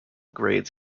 grades